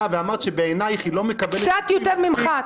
ואמרת שבעינייך היא לא מקבלת מספיק --- קצת יותר ממך,